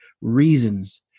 reasons